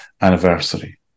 anniversary